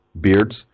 beards